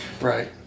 Right